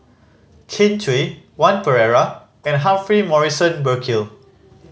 Kin Chui Pereira and Humphrey Morrison Burkill